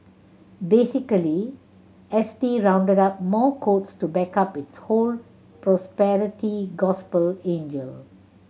basically S T rounded up more quotes to back up its whole prosperity gospel angle